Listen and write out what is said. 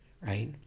right